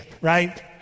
right